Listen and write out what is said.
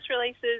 releases